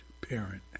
parent